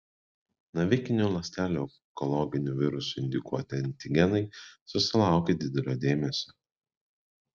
navikinių ląstelių onkologinių virusų indukuoti antigenai susilaukė didelio dėmesio